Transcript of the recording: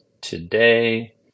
today